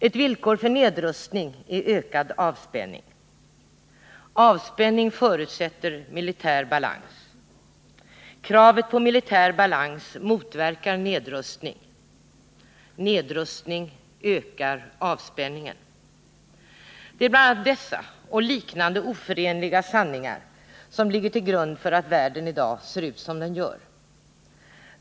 Ett villkor för nedrustning är ökad avspänning. Avspänning förutsätter militär balans. Kravet på militär balans motverkar nedrustning. Nedrustning ökar avspänningen. Det är bl.a. dessa och liknande oförenliga ”sanningar” som ligger till grund för att världen i dag ser ut som den gör.